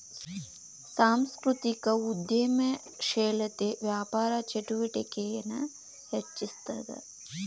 ಸಾಂಸ್ಕೃತಿಕ ಉದ್ಯಮಶೇಲತೆ ವ್ಯಾಪಾರ ಚಟುವಟಿಕೆನ ಹೆಚ್ಚಿಸ್ತದ